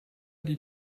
die